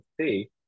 see